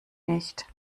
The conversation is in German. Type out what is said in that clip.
nicht